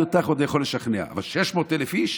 אותך אני עוד יכול לשכנע, אבל 600,000 איש?